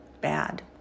Bad